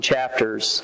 Chapters